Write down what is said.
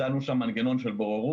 הצענו שם מנגנון של בוררות.